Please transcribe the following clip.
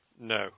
No